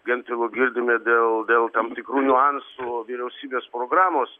gentvilo girdime dėl dėl tam tikrų niuansų vyriausybės programos